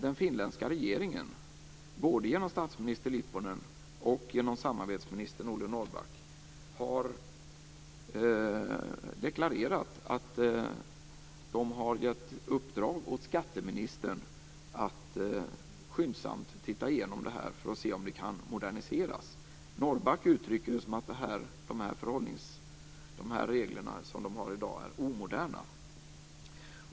Den finländska regeringen, både genom statsminister Lipponen och genom samarbetsministern Olle Norrback, har deklarerat att de har gett i uppdrag åt skatteministern att skyndsamt se över frågan för att se om reglerna kan moderniseras. Norrback uttrycker att de regler som de har i dag är omoderna.